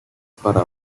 para